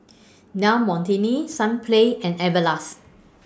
Del Monte Sunplay and Everlast